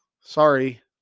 Sorry